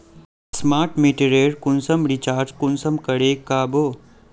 Smart मीटरेर कुंसम recharge कुंसम करे का बो?